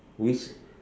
which